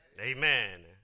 Amen